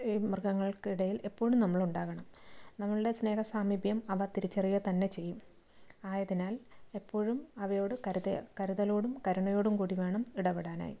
ഈ മൃഗങ്ങൾക്ക് ഇടയിൽ എപ്പോഴും നമ്മളുണ്ടാകണം നമ്മുടെ സ്നേഹസാമീപ്യം അവ തിരിച്ചറിയുക തന്നെ ചെയ്യും ആയതിനാൽ എപ്പോഴും അവയോട് കരു കരുതലോടും കരുണയോടും കൂടി വേണം ഇടപെടാനായി